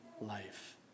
life